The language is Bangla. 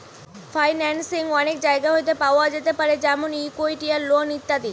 ফাইন্যান্সিং অনেক জায়গা হইতে পাওয়া যেতে পারে যেমন ইকুইটি, লোন ইত্যাদি